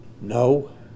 no